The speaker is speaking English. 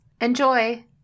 enjoy